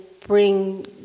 bring